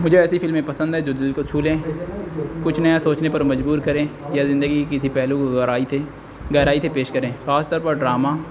مجھے ایسی فلمیں پسند ہیں جو د کو چھولیں کچھ نیا سوچنے پر مجبور کریں یا زندگی کی تھی پہلو ہرائی سے گہرائی سے پیش کریں خاص طور پر ڈراما